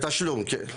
בתשלום, כן.